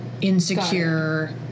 insecure